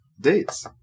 dates